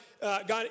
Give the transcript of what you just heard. God